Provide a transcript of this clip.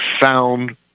found